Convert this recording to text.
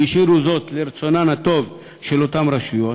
והשאירו זאת לרצונן הטוב של אותן רשויות.